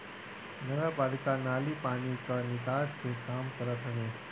नगरपालिका नाली पानी कअ निकास के काम करत हवे